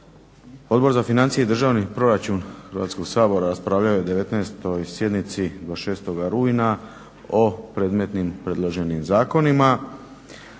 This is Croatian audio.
Odbor za financije i državni proračun Hrvatskog sabora raspravljao je na 19. sjednici, 26.rujna o predmetnim predloženim zakonima.